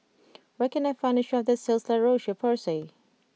where can I find a shop that sells La Roche Porsay